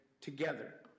Together